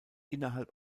innerhalb